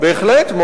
בהחלט,